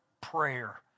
prayer